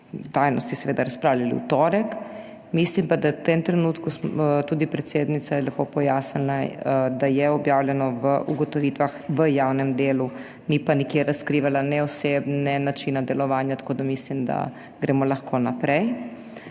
tajnosti seveda razpravljali v torek. Mislim pa, da v tem trenutku, tudi predsednica je lepo pojasnila, da je objavljeno v ugotovitvah v javnem delu, ni pa nikjer razkrivala ne oseb ne načina delovanja, tako da mislim, da lahko gremo naprej.